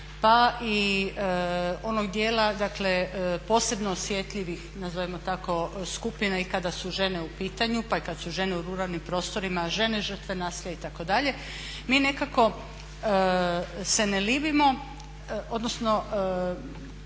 pa i onog dijela dakle posebno osjetljivih nazovimo tako skupina i kada su žene u pitanju, pa i kad su žene u ruralnim prostorima žene žrtve nasilja itd. Mi nekako se ne libimo odnosno